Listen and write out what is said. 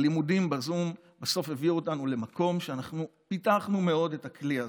הלימודים בזום בסוף הביאו אותנו למקום שאנחנו פיתחנו מאוד את הכלי הזה.